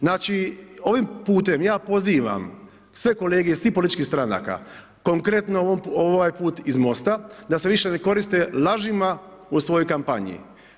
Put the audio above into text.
Znači, ovim pute, ja pozivam, sve kolege, svih političkih stranaka, konkretno ovaj put iz Mosta, da se više ne koriste lažima u svojoj kampanjama.